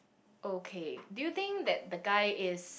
okay do you think that the guy is